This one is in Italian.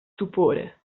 stupore